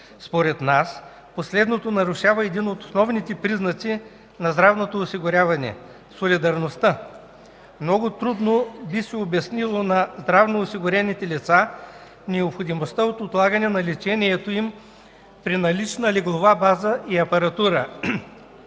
Според нас последното нарушава един от основните признаци на здравното осигуряване – солидарността. Много трудно би се обяснило на здравноосигурените лица необходимостта от отлагане на лечението им при налична леглова база и апаратура.